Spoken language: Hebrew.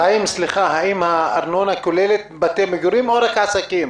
האם הפטור מארנונה כולל בתי מגורים או רק עסקים?